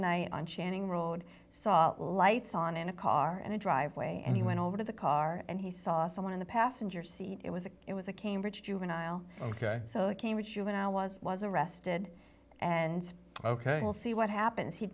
night on channing road saw lights on in a car in a driveway and he went over to the car and he saw someone in the passenger seat it was a it was a cambridge juvenile ok so it came at you when i was was arrested and ok we'll see what happens he